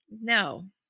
No